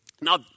Now